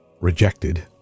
rejected